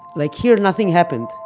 like here nothing happened.